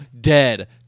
Dead